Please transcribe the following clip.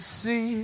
see